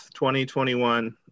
2021